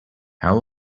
how